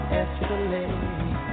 escalate